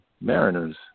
Mariners